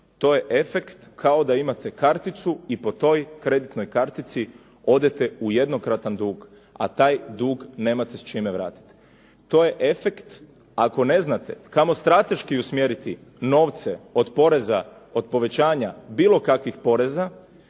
To je efekt kao da imate karticu i po toj kreditnoj kartici odete u jednokratan dug a taj dug nemate s čime vratiti. To je efekt ako ne znate kamo strateški usmjeriti novce od poreza, od povećanja bilo kakvih poreza